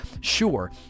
sure